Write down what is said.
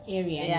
area